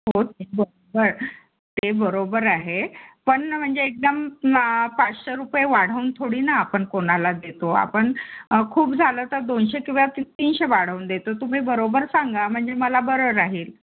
हो ते बरोबर ते बरोबर आहे पण म्हणजे एकदम पाचशे रुपये वाढवून थोडी ना आपण कोणाला देतो आपण खूप झालं तर दोनशे किंवा ती तीनशे वाढवून देतो तूम्ही बरोबर सांगा म्हणजे मला बरं राहील